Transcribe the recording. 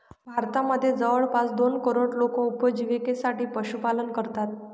भारतामध्ये जवळपास दोन करोड लोक उपजिविकेसाठी पशुपालन करतात